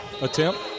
attempt